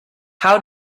how